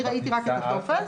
אני ראיתי רק את הטופס.